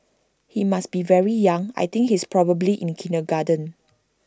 he must be very young I think he's probably in kindergarten